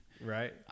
right